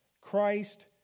Christ